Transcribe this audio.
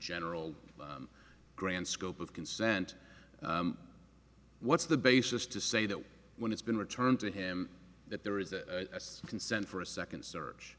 general grand scope of consent what's the basis to say that when it's been returned to him that there is a consent for a second search